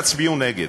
אתם תצביעו נגד.